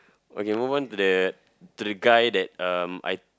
okay move on to that to the guy that um I